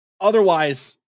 Otherwise